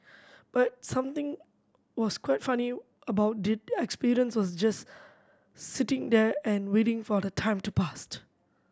but something was quite funny about the experience was just sitting there and waiting for the time to past